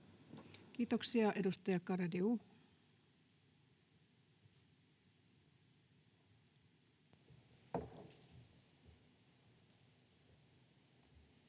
Kiitoksia. — Edustaja Garedew.